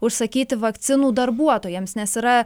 užsakyti vakcinų darbuotojams nes yra